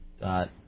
dot